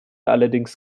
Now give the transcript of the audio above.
allerdings